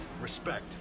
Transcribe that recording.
Respect